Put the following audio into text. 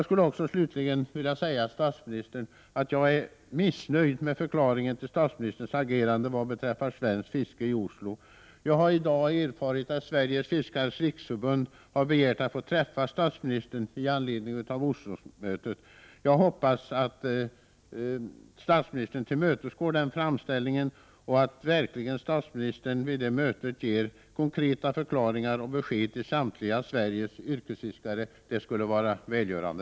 Slutligen skulle jag vilja säga till statsministern att jag är missnöjd med förklaringen till statsministerns agerande i Oslo vad beträffar svenskt fiske. Jag har i dag erfarit att Sveriges fiskares riksförbund har begärt att få träffa statsministern i anledning av Oslomötet. Jag hoppas att statsministern tillmötesgår den framställningen och vid det mötet ger konkreta förklaringar och besked till samtliga Sveriges yrkesfiskare. Det skulle vara välgörande.